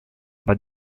but